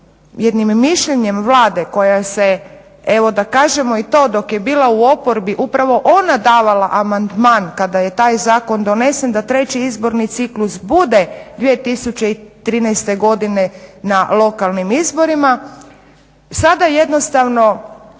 jednim mišljenjem Vlade koja se, evo da kažemo i to, dok je bila u oporbi upravo ona davala amandman kada je taj zakon donesen da treći izborni ciklus bude 2013. godine na lokalnim izborima, sada jednostavno